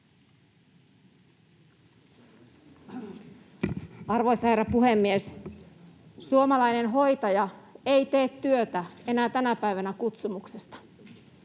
Arvoisa herra puhemies! Suomalainen hoitaja ei enää tänä päivänä tee työtä kutsumuksesta.